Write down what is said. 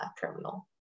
terminal